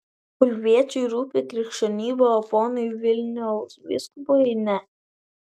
kulviečiui rūpi krikščionybė o ponui vilniaus vyskupui ne